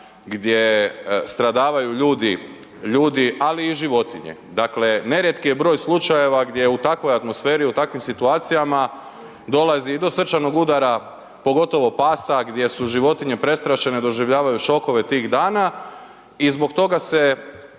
gdje stradavaju ljudi, ljudi ali i životinje. Dakle nerijetki je broj slučajeva gdje u takvoj atmosferi, u takvim situacijama dolazi i do srčanog udara, pogotovo pasa, gdje su životinje prestrašene, doživljavaju šokove tih dana i zbog toga se